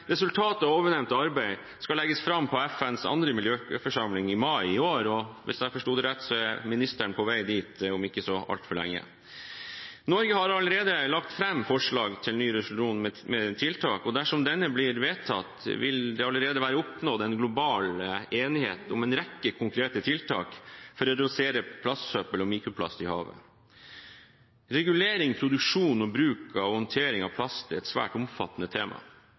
Resultatet av ovennevnte arbeid skal legges fram på FNs andre miljøforsamling i mai i år, og hvis jeg forsto det rett, er ministeren på vei dit om ikke så altfor lenge. Norge har allerede lagt fram forslag til ny resolusjon med tiltak, og dersom denne blir vedtatt, vil det allerede være oppnådd en global enighet om en rekke konkrete tiltak for å redusere plastsøppel og mikroplast i havet. Regulering, produksjon, bruk og håndtering av plast er et svært omfattende tema.